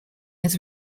his